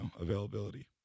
availability